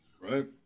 Right